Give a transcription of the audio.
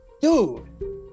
Dude